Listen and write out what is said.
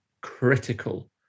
critical